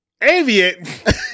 Aviate